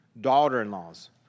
daughter-in-laws